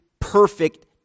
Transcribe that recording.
perfect